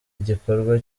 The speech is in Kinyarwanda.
igikorwa